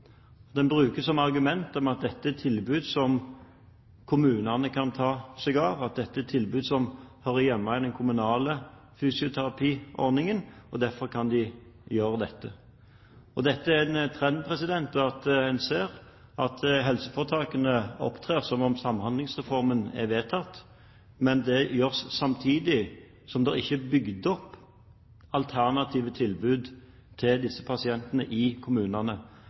brukes som argument at dette er tilbud som kommunene kan ta seg av, at dette er tilbud som hører hjemme i den kommunale fysioterapiordningen, og derfor kan de gjøre dette. Det er en trend en ser: at helseforetakene opptrer som om Samhandlingsreformen er vedtatt. Men det gjøres samtidig som det ikke er bygd opp alternative tilbud til disse pasientene i kommunene.